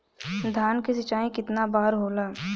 धान क सिंचाई कितना बार होला?